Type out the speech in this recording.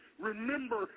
Remember